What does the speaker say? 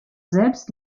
selbst